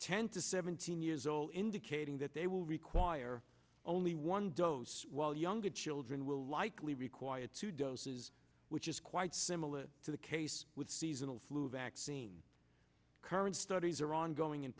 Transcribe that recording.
ten to seventeen years old indicating that they will require only one dose while younger children will likely require two doses which is quite similar to the case with seasonal flu vaccine current studies are ongoing